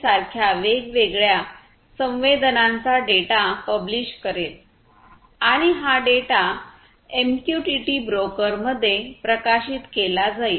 सारख्या वेगवेगळ्या संवेदनांचा डेटा पब्लिष करेल आणि हा डेटा एमक्यूटीटी ब्रोकरमध्ये प्रकाशित केला जाईल